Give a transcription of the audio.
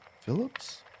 Phillips